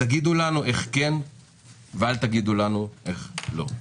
תגידו לנו איך כן ואל תגידו לנו איך לא.